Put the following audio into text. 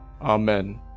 Amen